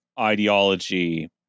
ideology